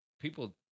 People